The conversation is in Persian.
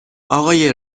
آقای